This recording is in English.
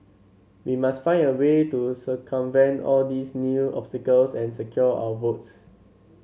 we must find a way to circumvent all these new obstacles and secure our votes